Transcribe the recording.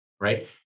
Right